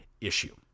issue